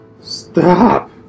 Stop